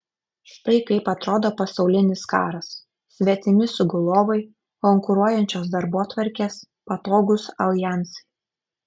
štai kaip atrodo pasaulinis karas svetimi sugulovai konkuruojančios darbotvarkės patogūs aljansai